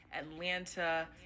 Atlanta